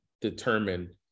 determine